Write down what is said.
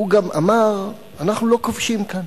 הוא גם אמר: אנחנו לא כובשים כאן,